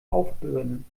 aufbürden